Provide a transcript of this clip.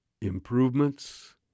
improvements